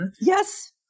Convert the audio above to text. Yes